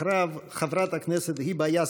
אחריו, חברת הכנסת היבה יזבק,